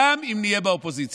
גם אם נהיה באופוזיציה.